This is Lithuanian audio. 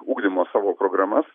ugdymo savo programas